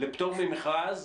לפטור ממכרז,